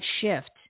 shift